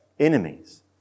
enemies